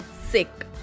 sick